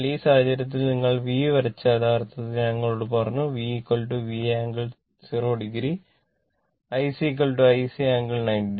അതിനാൽ ഈ സാഹചര്യത്തിൽ നിങ്ങൾ V വരച്ചാൽ യഥാർത്ഥത്തിൽ ഞാൻ നിങ്ങളോട് പറഞ്ഞു V V angle 0o IC IC angle 90o